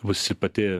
vasi pati